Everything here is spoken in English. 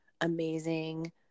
amazing